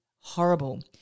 horrible